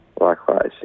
Likewise